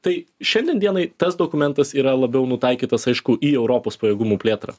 tai šiandien dienai tas dokumentas yra labiau nutaikytas aišku į europos pajėgumų plėtrą